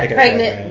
pregnant